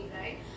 right